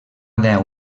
deu